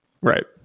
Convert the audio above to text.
Right